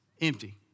empty